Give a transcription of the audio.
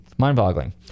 mind-boggling